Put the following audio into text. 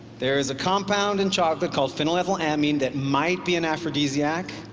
there is a compound in chocolate called phenethylamine that might be an aphrodisiac.